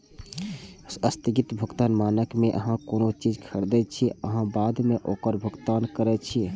स्थगित भुगतान मानक मे अहां कोनो चीज खरीदै छियै आ बाद मे ओकर भुगतान करै छियै